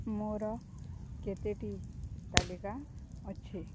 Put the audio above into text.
ମୋର କେତୋଟି ତାଲିକା ଅଛି